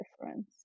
difference